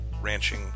ranching